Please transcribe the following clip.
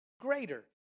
greater